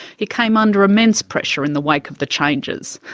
he came under immense pressure in the wake of the changes.